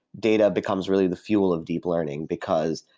data becomes really the fuel of deep learning because,